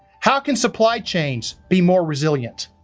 how can supply chains be more resilient?